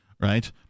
right